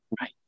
Right